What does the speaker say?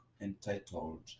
entitled